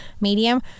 medium